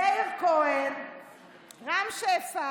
כדאי שתקשיב.